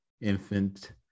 infant